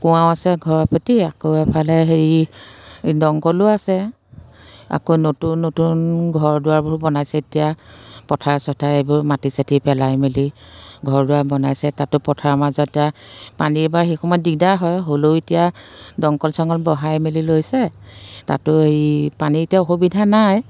কুঁৱাও আছে ঘৰে প্ৰতি আকৌ এফালে হেৰি দমকলো আছে আকৌ নতুন নতুন ঘৰ দুৱাৰবোৰ বনাইছে এতিয়া পথাৰে চথাৰে এইবোৰ মাটি চাতি পেলাই মেলি ঘৰ দুৱাৰ বনাইছে তাতো পথাৰৰ মাজত এতিয়া পানীৰ বাৰু সেইসমূহত দিগদাৰ হয় হ'লেও এতিয়া দমকল চমকল বহাই মেলি লৈছে তাতো এই পানীৰ এতিয়া অসুবিধা নাই